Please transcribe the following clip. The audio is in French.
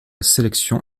sélection